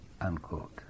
unquote